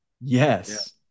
Yes